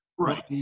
Right